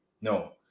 no